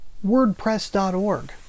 WordPress.org